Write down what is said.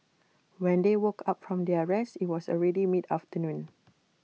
when they woke up from their rest IT was already mid afternoon